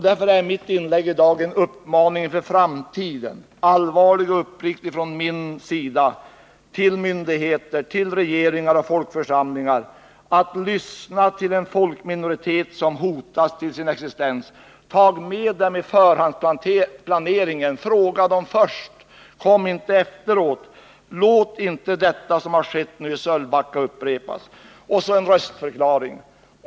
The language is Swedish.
Därför är mitt inlägg i dagens debatt en uppmaning, allvarlig och uppriktig från min sida, till myndigheter, regeringar och folkförsamlingar att lyssna på en folkminoritet som hotas till sin existens. Ta med dem i förhandsplaneringen, fråga dem först — kom inte efteråt! Låt inte detta som skett i Sölvbacka upprepas! Och så en röstförklaring.